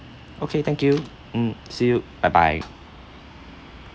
okay thank you mm see you bye bye